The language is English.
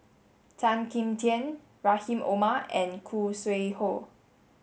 Tan Kim Tian Rahim Omar and Khoo Sui Hoe